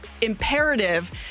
Imperative